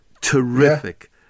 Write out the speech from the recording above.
Terrific